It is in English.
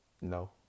No